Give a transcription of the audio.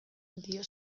dio